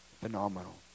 phenomenal